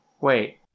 Wait